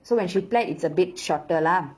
so when she plait it's a bit shorter lah